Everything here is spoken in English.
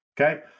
Okay